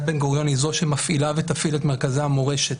בן-גוריון היא זו שמפעילה ותפעיל את מרכזי המורשת.